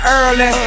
early